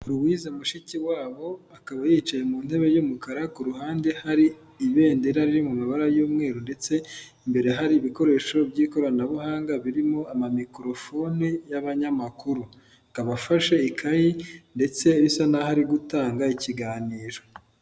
Louise Mushikiwabo akaba yicaye mu ntebe y'umukara, ku ruhande hari ibendera riri mu mabara y'umweru ndetse imbere hari ibikoresho by'ikoranabuhanga birimo amamikorofoni y'abanyamakuru, akaba afashe ikayi ndetse bisa n'aho ari gutanga ikiganiro.